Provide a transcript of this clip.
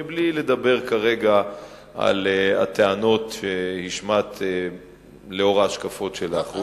מבלי לדבר כרגע על הטענות שהשמעת לאור ההשקפות שלך.